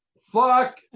Fuck